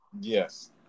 Yes